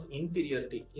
inferiority